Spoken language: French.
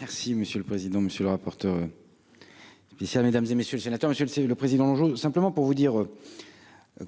Merci monsieur le président, monsieur le rapporteur spécial mesdames et messieurs les sénateurs, Monsieur le, c'est le président, simplement pour vous dire